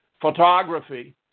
photography